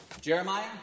Jeremiah